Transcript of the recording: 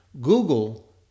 Google